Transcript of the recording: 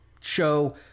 show